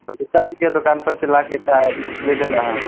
ऐसा करिए दुकान पर से लाकर चाय दे देना